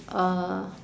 uh